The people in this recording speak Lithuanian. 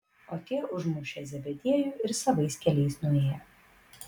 o tie užmušė zebediejų ir savais keliais nuėjo